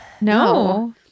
No